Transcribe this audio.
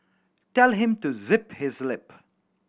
tell him to zip his lip